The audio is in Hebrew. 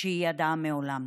שהיא ידעה מעולם.